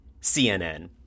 CNN